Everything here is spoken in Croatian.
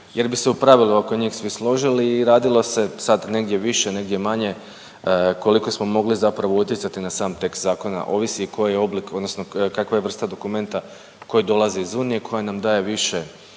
jer bi se u pravilu oko njih svi složili i radilo se sad negdje više negdje manje koliko smo mogli zapravo utjecati na sam tekst zakona ovisi koji je oblik odnosno kakva je vrsta dokumenta koji dolazi iz Unije koja nam daje više